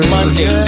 Monday